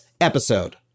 episode